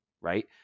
right